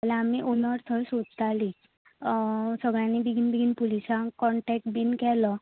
जाल्यार आमी उनो थंय सोदताली सगळ्यांनी बेगीन बेगीन पुलिसांक कॉनटेक्ट बिन केलो